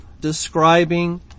describing